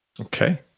Okay